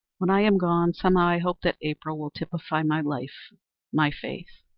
when i am gone, somehow i hope that april will typify my life my faith,